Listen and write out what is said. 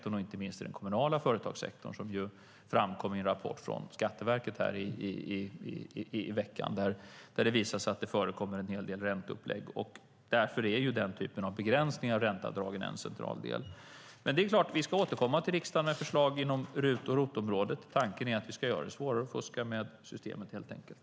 Det gäller inte minst den kommunala företagssektorn, vilket ju framkom i en rapport från Skatteverket i veckan - det visade sig att det förekommer en hel del ränteupplägg. Därför är den typen av begränsningar av ränteavdrag en central del. Det är dock klart att vi ska återkomma till riksdagen med förslag inom RUT och ROT-området. Tanken är att vi helt enkelt ska göra det svårare att fuska i systemet.